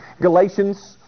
Galatians